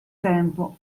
tempo